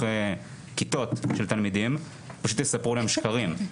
כיתות של תלמידים ופשוט יספרו להם שקרים.